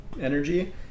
energy